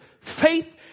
faith